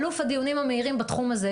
אלוף הדיונים המהירים בתחום הזה,